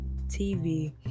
TV